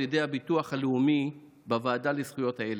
ידי הביטוח הלאומי בוועדה לזכויות הילד.